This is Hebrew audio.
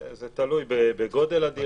זה תלוי בגודל הדירה, כמה חדרים יש.